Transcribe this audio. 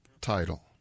title